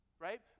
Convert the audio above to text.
Right